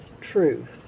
truth